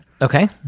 Okay